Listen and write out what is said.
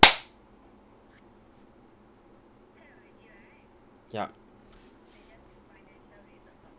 yup